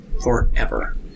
forever